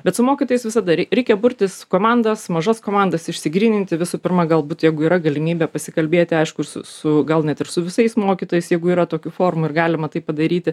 bet su mokytojais visada reikia burtis komandas mažas komandas išsigryninti visų pirma galbūt jeigu yra galimybė pasikalbėti aišku su su gal net ir su visais mokytojais jeigu yra tokių formų ir galima tai padaryti